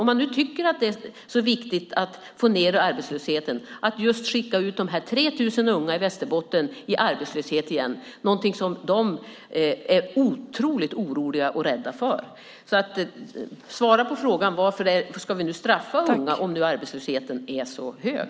Om man tycker att det är viktigt att få ned arbetslösheten, varför vill man då skicka ut dessa 3 000 unga i Västerbotten i arbetslöshet igen - något som de är otroligt oroliga och rädda för? Svara på frågan varför vi ska straffa unga om nu arbetslösheten är så hög!